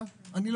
זה